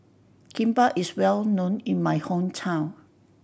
kimbap is well known in my hometown